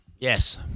Yes